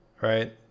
right